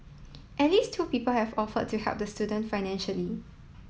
at least two people have offered to help the student financially